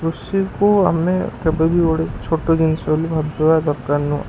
କୃଷିକୁ ଆମେ କେବେବି ଗୋଟେ ଛୋଟ ଜିନିଷ ବୋଲି ଭାବିବା ଦରକାର ନୁହଁ